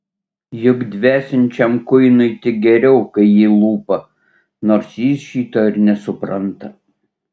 juk dvesiančiam kuinui tik geriau kai jį lupa nors jis šito ir nesupranta